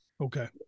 Okay